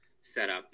setup